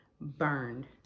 burned